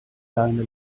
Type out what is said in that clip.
leine